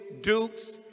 Dukes